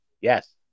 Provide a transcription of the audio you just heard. Yes